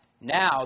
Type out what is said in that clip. Now